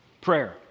prayer